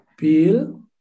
Bill